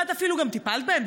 ואת אפילו גם טיפלת בהן,